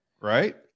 right